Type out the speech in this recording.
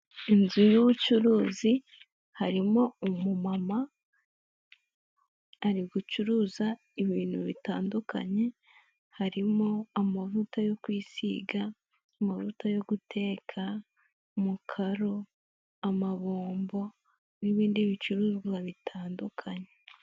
Inzu y'ubucuruzi harimo umumama ari gucuruza ibintu bitandukanye, harimo amavuta yo kwisiga, amavuta yo guteka, mukaru, amabombo n'ibindi bicuruzwa bitandukanye.